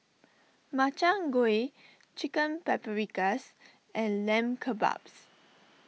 Makchang Gui Chicken Paprikas and Lamb Kebabs